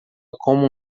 como